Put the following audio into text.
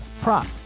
prop